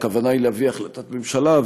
הכוונה היא להביא החלטת ממשלה,